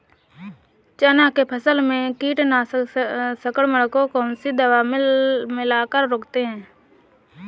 चना के फसल में कीट संक्रमण को कौन सी दवा मिला कर रोकते हैं?